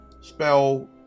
spell